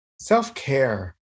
Self-care